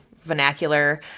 vernacular